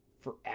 forever